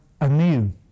anew